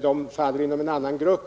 De faller inom en annan grupp.